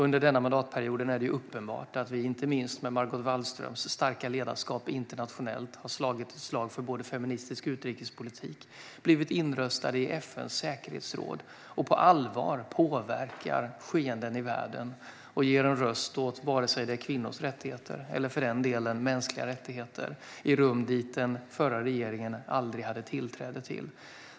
Under denna mandatperiod har det varit uppenbart att vi inte minst med Margot Wallströms starka ledarskap internationellt har slagit ett slag för feministisk utrikespolitik, blivit inröstade i FN:s säkerhetsråd och på allvar påverkar skeenden i världen och ger en röst åt såväl kvinnors rättigheter som mänskliga rättigheter i rum som den förra regeringen aldrig hade tillträde till.